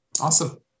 Awesome